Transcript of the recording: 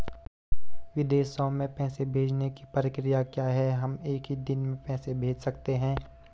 विदेशों में पैसे भेजने की प्रक्रिया क्या है हम एक ही दिन में पैसे भेज सकते हैं?